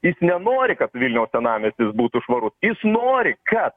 jis nenori kad vilniaus senamiestis būtų švarus jis nori kad